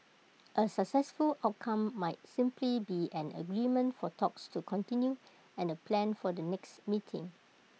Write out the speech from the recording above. A successful outcome might simply be an agreement for talks to continue and A plan for the next meeting